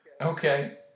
Okay